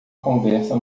conversa